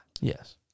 Yes